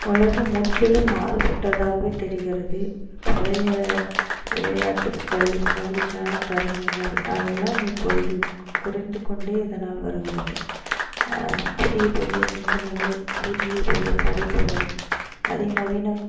உலகம் முற்றிலும் மாறுபட்டதாகவே தெரிகிறது பழைய விளையாட்டுக்கள் மகிழ்ச்சியான தருணங்கள் அதெல்லாம் இப்பொழுது குறைந்து கொண்டே இதனால் வருகிறது புதிய புதிய சிந்தனைகள் புதிய புதிய படைப்புகள் அதிநவீன